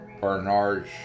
Bernard